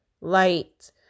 light